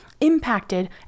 impacted